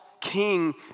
king